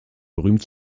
berühmt